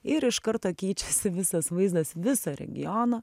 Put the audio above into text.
ir iš karto keičiasi visas vaizdas viso regiono